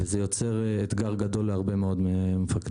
וזה יוצר אתגר גדול להרבה מאוד מהמפקדים.